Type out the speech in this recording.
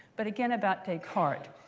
but again about descartes.